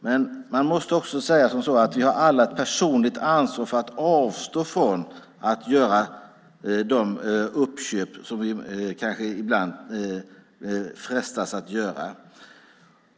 Men man måste också säga att vi alla har ett personligt ansvar för att avstå från att göra de köp som vi kanske ibland frestas att göra.